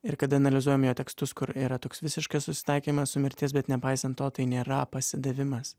ir kada analizuojam tekstus kur yra toks visiškas susitaikymas su mirties bet nepaisant to tai nėra pasidavimas